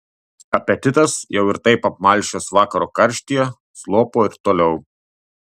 apetitas jau ir taip apmalšęs vakaro karštyje slopo ir toliau